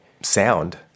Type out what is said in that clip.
sound